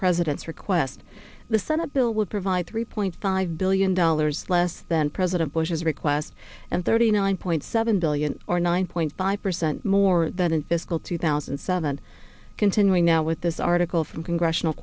president's request the senate bill would provide three point five billion dollars less than president bush's reclast and thirty nine point seven billion or nine point five percent more than in fiscal two thousand and seven continuing now with this article from congressional